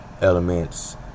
elements